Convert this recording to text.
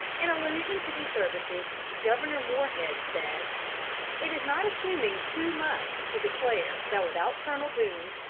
in allusion to these services governor moorehead said it is not assuming too much to declare, that without colonel boone,